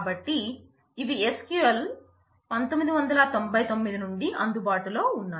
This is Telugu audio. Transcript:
కాబట్టి ఇవి SQL 1999 నుండి అందుబాటు లో ఉన్నాయి